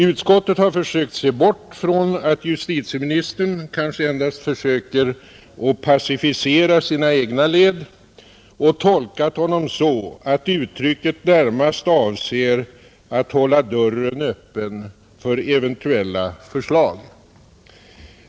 Utskottet har försökt se bort från att justitieministern kanske endast försöker att pacificera sina egna led och tolkat honom så att uttrycket närmast avser att hålla dörren öppen för eventuella förslag.